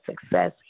success